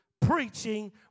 preaching